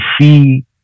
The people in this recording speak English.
see